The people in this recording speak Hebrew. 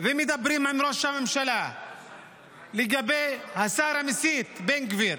ומדברים עם ראש הממשלה לגבי השר המסית בן גביר?